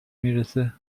میرسه